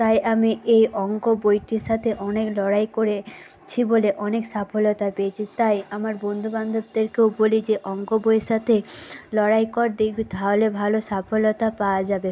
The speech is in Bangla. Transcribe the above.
তাই আমি এই অঙ্ক বইটির সাথে অনেক লড়াই করে ছি বলে অনেক সফলতা পেয়েছি তাই আমার বন্ধুবান্ধবদেরকেও বলি যে অঙ্ক বইয়ের সাথে লড়াই কর দেখবি তাহলে ভালো সফলতা পাওয়া যাবে